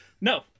No